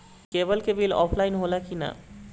Cable के bill offline होला कि ना?